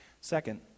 Second